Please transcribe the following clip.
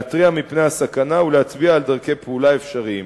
להתריע מפני הסכנה ולהצביע על דרכי פעולה אפשריים.